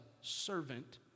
servant